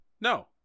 No